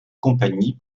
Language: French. compagnie